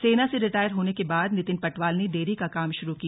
सेना से रिटायर होने के बाद नितिन पटवाल ने डेयरी का काम शुरू किया